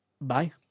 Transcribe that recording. bye